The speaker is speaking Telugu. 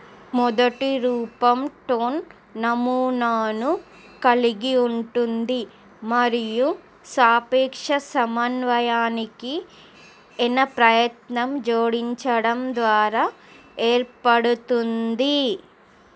మొదటి రూపం టోన్ నమూనాను కలిగి ఉంటుంది మరియు సాపేక్ష సమన్వయానికి ఎన ప్రత్యయం జోడించడం ద్వారా ఏర్పడుతుంది